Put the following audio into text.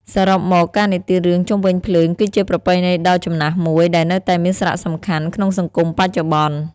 សរុបមក ការនិទានរឿងជុំវិញភ្លើងគឺជាប្រពៃណីដ៏ចំណាស់មួយដែលនៅតែមានសារៈសំខាន់ក្នុងសង្គមបច្ចុប្បន្ន។